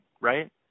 right